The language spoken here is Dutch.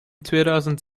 tweeduizend